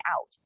out